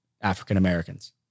African-Americans